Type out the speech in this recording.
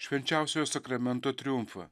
švenčiausiojo sakramento triumfą